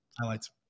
highlights